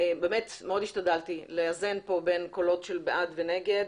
מאוד השתדלתי לאזן כאן בין קולות של בעד ונגד.